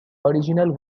original